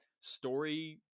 story